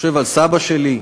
חושב על סבא שלי,